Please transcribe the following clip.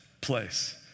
place